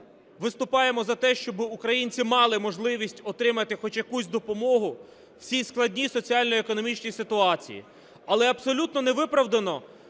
виступаємо за те, щоб українці мали можливість отримати хоч якусь допомогу в цій складній соціально економічній ситуації. Але абсолютно невиправдано,